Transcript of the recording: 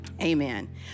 Amen